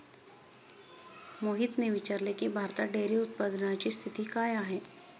मोहितने विचारले की, भारतात डेअरी उत्पादनाची स्थिती काय आहे?